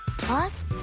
Plus